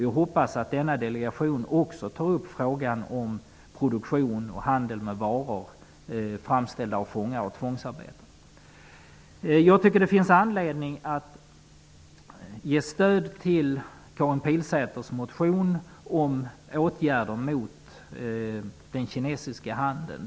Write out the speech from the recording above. Vi hoppas att denna delegation också tar upp frågan om produktion och handel med varor framställda av fångar i tvångsarbete. Jag tycker att det finns anledning att ge stöd till Karin Pilsäters motion om åtgärder mot den kinesiska handeln.